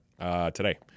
today